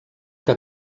que